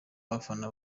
abafana